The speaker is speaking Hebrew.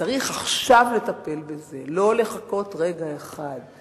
צריך עכשיו לטפל בזה ולא לחכות רגע אחד.